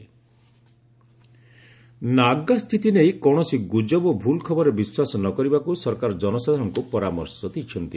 centre Naga Naga ସ୍ଥିତି ନେଇ କୌଣସି ଗୁଜବ ଓ ଭୁଲ୍ ଖବରରେ ବିଶ୍ୱାସ ନ କରିବାକୁ ସରକାର ଜନସାଧାରଣଙ୍କୁ ପରାମର୍ଶ ଦେଇଛନ୍ତି